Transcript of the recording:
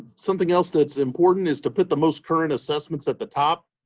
something else that's important is to put the most current assessments at the top.